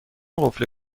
قفل